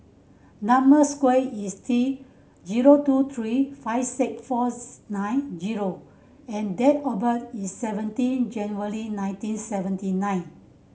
number square is T zero two three five six four nine zero and date of birth is seventeen January nineteen seventy nine